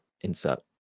insert